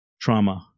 trauma